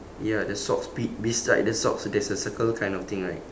ya the socks be~ beside the socks there's a circle kind of thing right